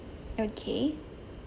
okay